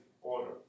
order